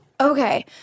Okay